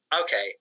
okay